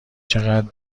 چقدر